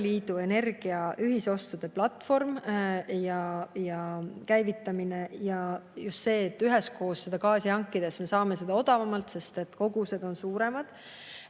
Liidu energiaühisostude platvormi ja käivitamise, just selle, et üheskoos gaasi hankida. Siis me saame seda odavamalt, sest kogused on suuremad.